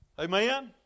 Amen